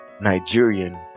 nigerian